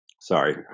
sorry